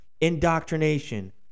indoctrination